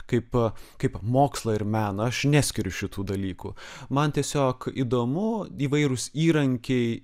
kaip kaip mokslą ir meną aš neskiriu šitų dalykų man tiesiog įdomu įvairūs įrankiai